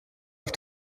auf